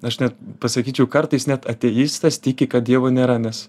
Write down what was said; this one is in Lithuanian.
aš net pasakyčiau kartais net ateistas tiki kad dievo nėra nes